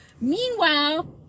meanwhile